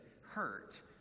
hurt